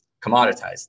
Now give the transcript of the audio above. commoditized